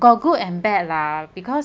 got good and bad lah because